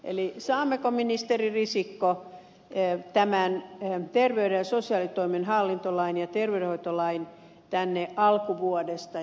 eli saammeko ministeri risikko tämän terveyden ja sosiaalitoimen hallintolain ja terveydenhoitolain tänne alkuvuodesta